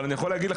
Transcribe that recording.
לא,